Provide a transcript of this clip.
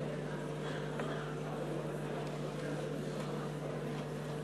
(חותם על ההצהרה)